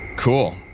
Cool